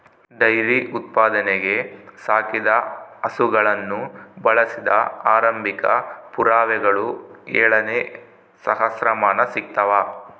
dairy ಉತ್ಪಾದನೆಗೆ ಸಾಕಿದ ಹಸುಗಳನ್ನು ಬಳಸಿದ ಆರಂಭಿಕ ಪುರಾವೆಗಳು ಏಳನೇ ಸಹಸ್ರಮಾನ ಸಿಗ್ತವ